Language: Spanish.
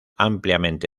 ampliamente